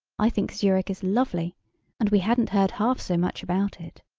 i think zurich is lovely and we hadn't heard half so much about it.